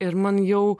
ir man jau